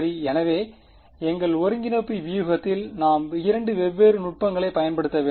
எனவே எங்கள் ஒருங்கிணைப்பு வியூகத்தில் நாம் 2 வெவ்வேறு நுட்பங்களைப் பயன்படுத்த வேண்டும்